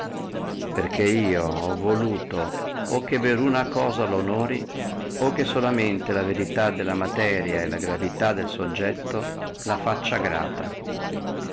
perché io ho voluto o che veruna cosa la onori o che solamente la varietà della materia e la gravità del subietto la facci grata